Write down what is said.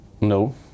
No